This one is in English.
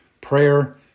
Prayer